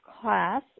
class